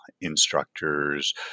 Instructors